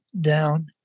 down